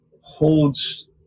holds